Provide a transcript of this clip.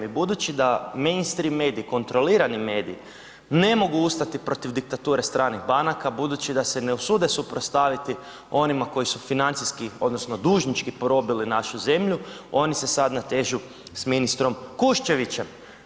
I budući da mainstream mediji, kontrolirani mediji ne mogu ustati protiv diktature stranih banaka, budući da se ne usude suprotstaviti onima koji su financijski odnosno dužnički probili našu zemlju oni se sad natežu sa ministrom Kuščevićem.